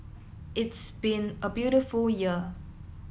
it's been a beautiful year